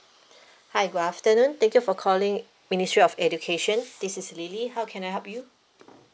hi good afternoon thank you for calling ministry of education this is lily how can I help you